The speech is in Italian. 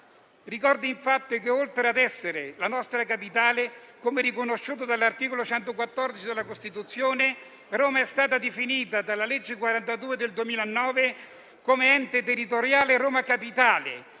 Ricordo infatti che oltre ad essere la nostra capitale, come riconosciuto dall'articolo 114 della Costituzione, Roma è stata definita dalla legge n. 42 del 2009 come ente territoriale Roma Capitale.